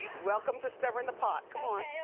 welcome to stirring the pot, come on.